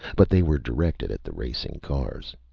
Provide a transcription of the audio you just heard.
but they were directed at the racing cars.